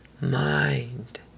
mind